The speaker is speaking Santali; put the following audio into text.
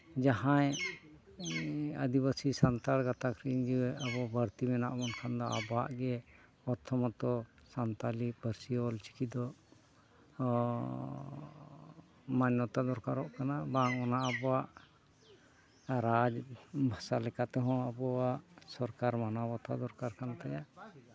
ᱡᱟᱦᱟᱸᱭ ᱟᱹᱫᱤᱵᱟᱥᱤ ᱥᱟᱱᱛᱟᱲ ᱜᱟᱛᱟᱠ ᱨᱤᱱ ᱜᱮ ᱟᱵᱚ ᱵᱟᱹᱲᱛᱤ ᱢᱮᱱᱟᱜ ᱵᱚᱱ ᱠᱷᱟᱱ ᱫᱚ ᱟᱵᱚᱣᱟᱜ ᱜᱮ ᱯᱨᱚᱛᱷᱚᱢᱚᱛᱚ ᱥᱟᱱᱛᱟᱞᱤ ᱯᱟᱹᱨᱥᱤ ᱚᱞᱪᱤᱠᱤ ᱫᱚ ᱢᱟᱱᱱᱚᱛᱟ ᱫᱚᱨᱠᱟᱨᱚᱜ ᱠᱟᱱᱟ ᱵᱟᱝ ᱚᱱᱟ ᱟᱵᱚᱣᱟᱜ ᱨᱟᱡᱽ ᱵᱷᱟᱥᱟ ᱞᱮᱠᱟᱛᱮᱦᱚᱸ ᱟᱵᱚᱣᱟᱜ ᱥᱚᱨᱠᱟᱨ ᱢᱟᱱᱟᱣ ᱵᱟᱛᱟᱣ ᱫᱚᱨᱠᱟᱨ ᱠᱟᱱ ᱛᱟᱭᱟ